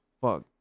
fuck